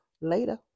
Later